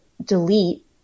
delete